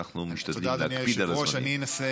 אנחנו משתדלים להקפיד על הזמנים.